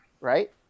Right